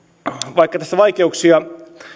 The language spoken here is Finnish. vaikka tässä vaikeuksia